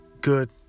Good